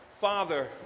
Father